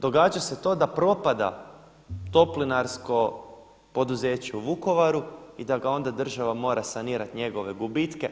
Događa se to da propada toplinarsko poduzeće u Vukovaru i da ga onda država mora sanirati njegove gubitke.